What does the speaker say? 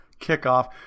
kickoff